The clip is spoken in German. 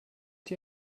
die